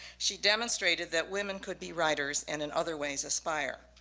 she demonstrated that women could be writers and in other ways aspire.